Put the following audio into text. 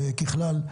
וככלל,